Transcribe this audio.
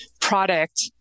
product